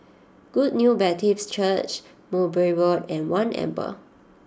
Good News Baptist Church Mowbray Road and One Amber